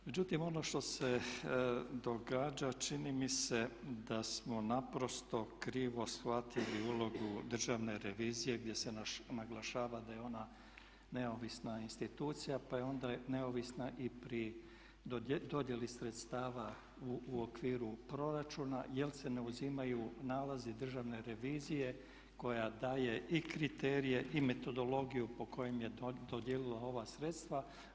Međutim ono što se događa čini mi se da smo naprosto krivo shvatili ulogu Državne revizije gdje se naglašava da je ona neovisna institucija pa je onda neovisna i pri dodjeli sredstava u okviru proračuna jer se ne uzimaju nalazi Državne revizije koja daje i kriterije i metodologiju po kojem je dodijelila ova sredstva.